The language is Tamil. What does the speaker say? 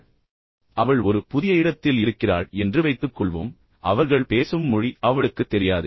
ஏனென்றால் அவள் ஒரு புதிய இடத்தில் இருக்கிறாள் என்று வைத்துக்கொள்வோம் பின்னர் அவர்கள் பேசும் மொழி அவளுக்குத் தெரியாது